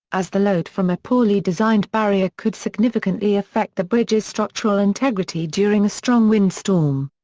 as the load from a poorly designed barrier could significantly affect the bridge's structural integrity during a strong windstorm.